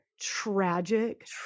tragic